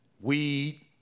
weed